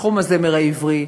מתחום הזמר העברי,